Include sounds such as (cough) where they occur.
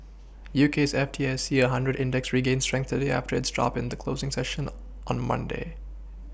(noise) UK's F T S E a hundred index regained strength today after its drop in the closing session on Monday